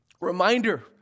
Reminder